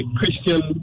Christian